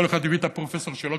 כל אחד הביא את הפרופסור שלו,